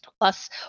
plus